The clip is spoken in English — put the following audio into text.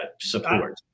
support